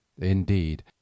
Indeed